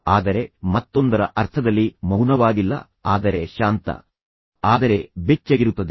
ಆದರೆ ಮತ್ತೊಂದರ ಅರ್ಥದಲ್ಲಿ ಮೌನವಾಗಿಲ್ಲ ಆದರೆ ಶಾಂತ ಆದರೆ ಬೆಚ್ಚಗಿರುತ್ತದೆ